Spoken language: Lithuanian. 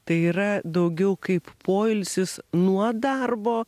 tai yra daugiau kaip poilsis nuo darbo